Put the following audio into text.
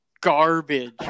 garbage